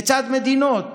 לצד מדינות